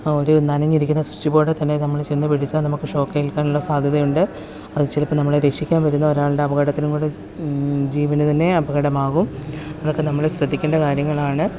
ഒരു നനഞ്ഞിരിക്കുന്ന സ്വിച്ച് ബോർഡിൽ തന്നെ നമ്മൾ ചെന്നു പിടിച്ചാൽ നമുക്ക് ഷോക്കേ് ഏൽക്കാനുള്ള സാധ്യതയുണ്ട് അത് ചിലപ്പോൾ നമ്മളെ രക്ഷിക്കാൻ വരുന്ന ഒരാളുടെ അപകടത്തിനും കൂടി ജീവനു തന്നെ അപകടമാകും അതൊക്കെ നമ്മൾ ശ്രദ്ധിക്കേണ്ട കാര്യങ്ങളാണ്